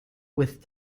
with